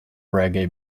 reggae